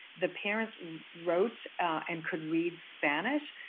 the parents wrote and could read spanish,